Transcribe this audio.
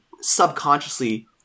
subconsciously